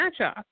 matchup